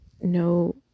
no